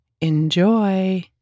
Enjoy